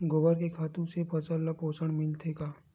गोबर के खातु से फसल ल पोषण मिलथे का?